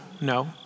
no